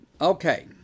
Okay